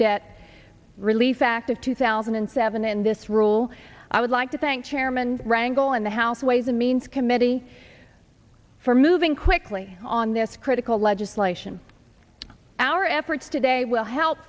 debt relief act of two thousand and seven in this role i would like to thank chairman wrangle in the house ways and means committee for moving quickly on this critical legislation our efforts today will help